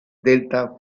delta